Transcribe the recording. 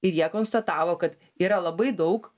ir jie konstatavo kad yra labai daug